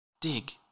dig